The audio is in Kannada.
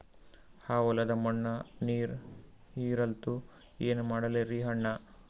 ಆ ಹೊಲದ ಮಣ್ಣ ನೀರ್ ಹೀರಲ್ತು, ಏನ ಮಾಡಲಿರಿ ಅಣ್ಣಾ?